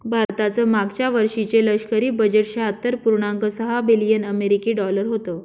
भारताचं मागच्या वर्षीचे लष्करी बजेट शहात्तर पुर्णांक सहा बिलियन अमेरिकी डॉलर होतं